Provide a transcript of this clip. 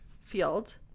Field